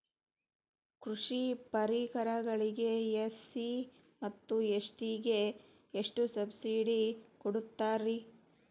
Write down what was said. ಕೃಷಿ ಪರಿಕರಗಳಿಗೆ ಎಸ್.ಸಿ ಮತ್ತು ಎಸ್.ಟಿ ಗೆ ಎಷ್ಟು ಸಬ್ಸಿಡಿ ಕೊಡುತ್ತಾರ್ರಿ?